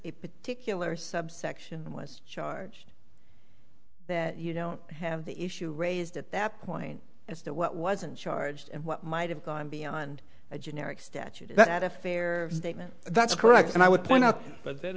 a particular subsection was charged that you know have the issue raised at that point as to what wasn't charged and what might have gone beyond a generic statute that a fair statement that's correct and i would point out but then